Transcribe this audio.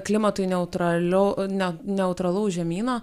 klimatui neutralios ne neutralaus žemyno